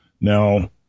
Now